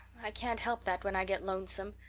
i can't help that when i get lonesome.